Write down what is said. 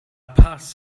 paz